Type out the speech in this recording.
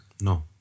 no